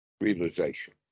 Realization